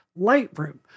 Lightroom